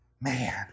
man